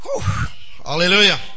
Hallelujah